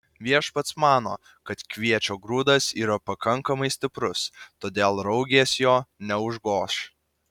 viešpats mano kad kviečio grūdas yra pakankamai stiprus todėl raugės jo neužgoš